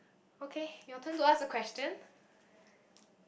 okay your turn to ask the question